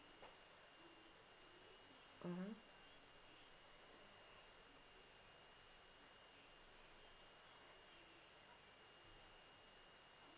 mmhmm